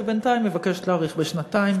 ובינתיים מבקשת להאריך בשנתיים.